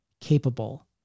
capable